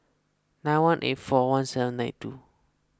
nine one eight four one seven nine two